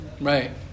Right